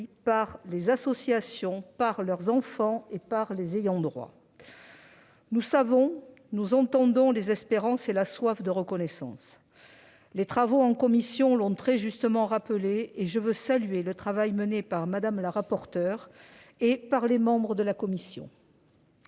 leurs associations, leurs enfants et leurs ayants droit. Nous savons, nous entendons les espérances et la soif de reconnaissance. L'examen en commission l'a très justement rappelé ; à ce titre, je tiens à saluer le travail mené par Mme la rapporteure et les membres de la commission.